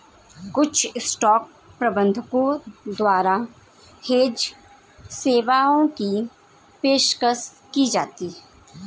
कुछ स्टॉक प्रबंधकों द्वारा हेज सेवाओं की पेशकश की जाती हैं